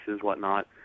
whatnot